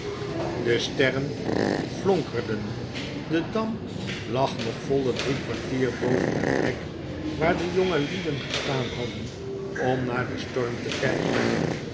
de sterren flonkerden de dam lag nog voile drie kwartier boven de plek waar de jongelieden gestaan hadden om naar den storm te kijken